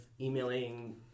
emailing